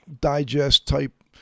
digest-type